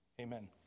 Amen